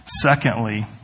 Secondly